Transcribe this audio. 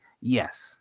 yes